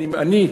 אני,